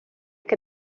que